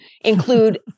include